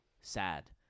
sad